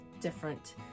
different